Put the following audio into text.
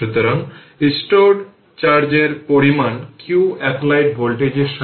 সুতরাং শুধুমাত্র এই অংশ আছে